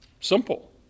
Simple